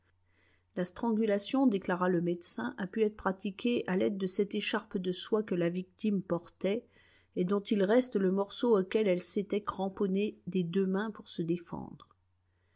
la strangulation déclara le médecin a pu être pratiquée à l'aide de cette écharpe de soie que la victime portait et dont il reste le morceau auquel elle s'était cramponnée des deux mains pour se défendre